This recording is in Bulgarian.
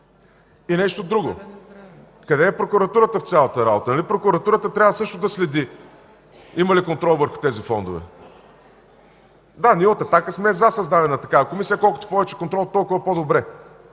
И нещо друго. Къде е прокуратурата в цялата работа? Нали тя също трябва да следи има ли контрол върху тези фондове. Ние от „Атака” сме „за” създаване на такава Комисия – колкото повече контрол, толкова по-добре.